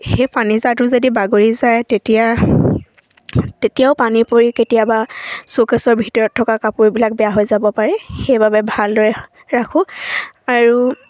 সেই পানীজাৰটো যদি বাগৰি যায় তেতিয়া তেতিয়াও পানী পৰি কেতিয়াবা চৌকেশ্বৰ ভিতৰত থকা কাপোৰবিলাক বেয়া হৈ যাব পাৰে সেইবাবে ভালদৰে ৰাখোঁ আৰু